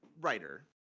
writer